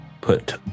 put